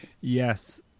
Yes